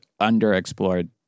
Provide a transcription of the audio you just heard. underexplored